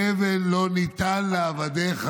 באו אליו היהודים כשהוא העביד אותם ואמרו לו: תבן לא ניתן לעבדיך,